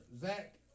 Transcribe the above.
Zach